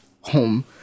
home